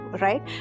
right